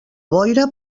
boira